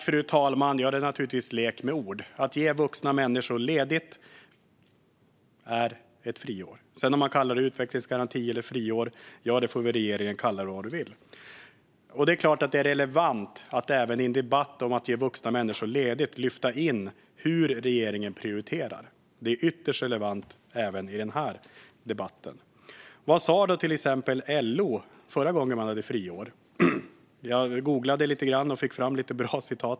Fru talman! Ja, det är naturligtvis en lek med ord. Att ge vuxna människor ledigt är ett friår. Sedan kan man kalla det utvecklingsgaranti eller friår - ja, regeringen får kalla det vad den vill. Det är klart att det är relevant, även i en debatt om att ge vuxna människor ledigt, att lyfta in hur regeringen prioriterar. Det är ytterst relevant även i den här debatten. Vad sa till exempel LO förra gången man hade friår? Jag googlade lite grann och fick fram lite bra citat.